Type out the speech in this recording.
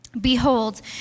Behold